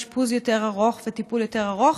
אשפוז יותר ארוך וטיפול יותר ארוך,